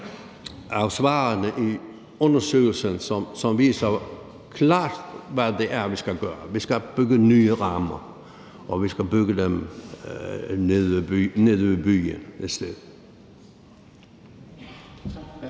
af svarene i undersøgelsen, som viser, hvad vi skal gøre. Vi skal bygge nye rammer, og vi skal bygge dem nede ved byen et sted.